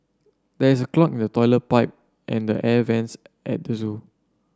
there is a clog in the toilet pipe and the air vents at the zoo